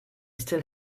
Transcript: still